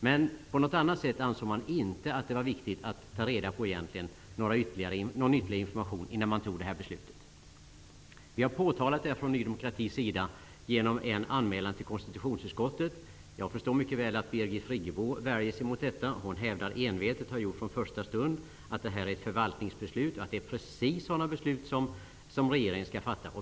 Men man ansåg inte att det var viktigt att ta reda på någon ytterligare information i denna fråga innan man fattade beslutet. Vi har från Ny demokratis sida påtalat detta genom en anmälan till konstitutionsutskottet. Jag förstår mycket väl att Birgit Friggebo värjer sig mot detta. Hon har från första stund envetet hävdat att det här är ett förvaltningsbeslut och att det är precis sådana beslut som regeringen skall fatta.